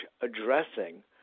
addressing